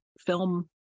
film